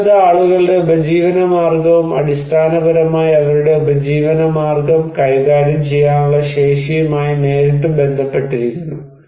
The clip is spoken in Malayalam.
ദുർബലത ആളുകളുടെ ഉപജീവനമാർഗ്ഗവും അടിസ്ഥാനപരമായി അവരുടെ ഉപജീവനമാർഗ്ഗം കൈകാര്യം ചെയ്യാനുള്ള ശേഷിയുമായി നേരിട്ട് ബന്ധപ്പെട്ടിരിക്കുന്നു